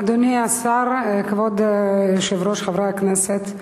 אדוני השר, כבוד היושב-ראש, חברי הכנסת,